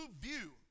view